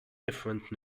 different